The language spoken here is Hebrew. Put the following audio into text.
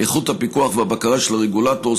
איכות הפיקוח והבקרה של הרגולטור,